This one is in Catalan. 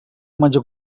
imatge